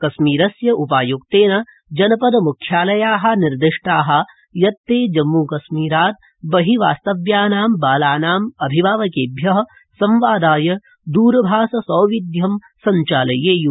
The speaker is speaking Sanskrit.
कश्मीरस्य उपायुक्तेन जनपद मुख्यालया निर्दिष्टा यत् ते जम्मूकश्मीरात् बहि वास्तव्यानाम् बालानाम् अभिभावकेभ्य संवादाय दरभाष सौविध्यं संचालयेयू